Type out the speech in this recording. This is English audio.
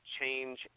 change